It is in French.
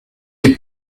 est